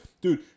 Dude